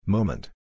Moment